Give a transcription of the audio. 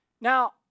Now